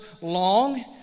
long